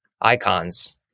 icons –